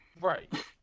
Right